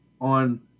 on